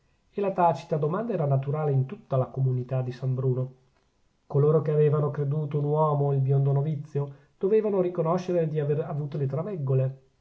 e la tacita domanda era naturale in tutta la comunità di san bruno coloro che avevano creduto un uomo il biondo novizio dovevano riconoscere di aver avute le